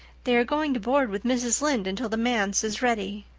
they are going to board with mrs. lynde until the manse is ready.